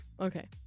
Okay